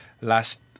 last